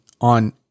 on